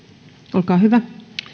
olkaa hyvä